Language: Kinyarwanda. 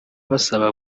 basaba